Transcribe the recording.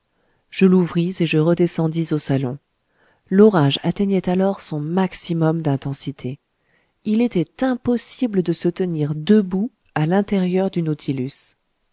je l'ouvris et je redescendis au salon l'orage atteignait alors son maximum d'intensité il était impossible de se tenir debout à l'intérieur du nautilus